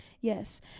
yes